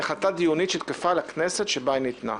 היא החלטה דיונית שתקפה לכנסת שבה היא ניתנה.